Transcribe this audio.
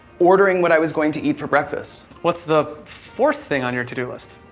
ordering what i was going to eat for breakfast. what's the fourth thing on your to-do list?